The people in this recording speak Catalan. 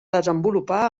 desenvolupar